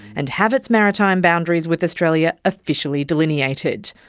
and have its maritime boundaries with australia officially delineated.